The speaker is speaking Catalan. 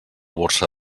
borsa